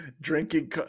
drinking